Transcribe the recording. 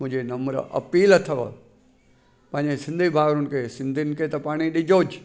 मुंहिंजे नम्र अपील अथव पंहिंजे सिंधी भाउरुनि खे सिंधियुनि खे त पाणी ॾिजो